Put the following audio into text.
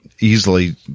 easily